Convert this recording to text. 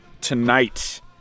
tonight